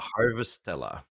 Harvestella